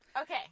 Okay